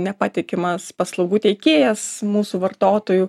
nepatikimas paslaugų teikėjas mūsų vartotojų